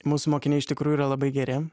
mūsų mokiniai iš tikrųjų yra labai geri